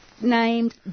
named